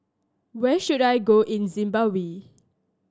where should I go in Zimbabwe